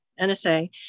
NSA